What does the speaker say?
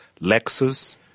Lexus